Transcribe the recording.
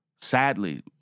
sadly